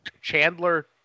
Chandler